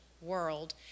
world